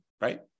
Right